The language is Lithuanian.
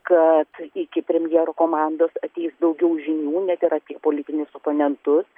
kad iki premjero komandos ateis daugiau žinių net ir apie politinius oponentus